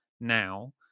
now